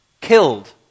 killed